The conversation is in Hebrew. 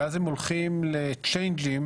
ואז הם הולכים לג'ינג'ים